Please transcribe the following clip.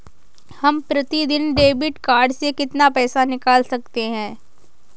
हम प्रतिदिन debit card से कितना पैसा निकाल सकते हैं?